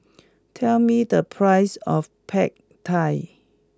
tell me the price of Pad Thai